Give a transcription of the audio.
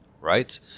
right